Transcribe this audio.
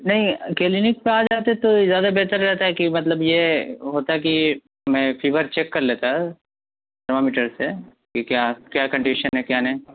نہیں کلینک پر آ جاتے تو زیادہ بیٹر رہتا ہے کہ مطلب یہ ہوتا کہ میں فیور چیک کر لیتا تھرما میٹر سے کہ کیا کیا کنڈیشن ہے کیا نہیں